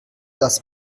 das